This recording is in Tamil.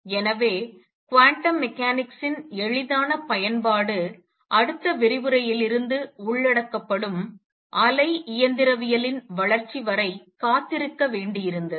எனவே குவாண்டம் மெக்கானிக்ஸின் எளிதான பயன்பாடு அடுத்த விரிவுரையிலிருந்து உள்ளடக்கப்படும் அலை இயந்திரவியலின் வளர்ச்சி வரை காத்திருக்க வேண்டியிருந்தது